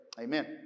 Amen